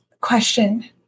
question